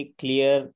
clear